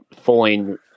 falling